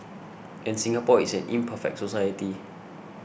and Singapore is an imperfect society